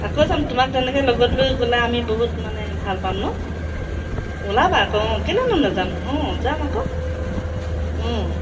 আকৌ যাম তোমাক তেনেকৈ লগত লৈ গ'লে আমি বহুত মানে ভাল পাম ন ওলাবা আকৌ অঁ কেলৈনো নাযাম অঁ যাম আকৌ অঁ